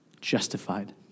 Justified